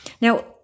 Now